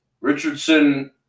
Richardson